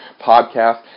podcast